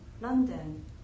London